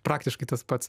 praktiškai tas pats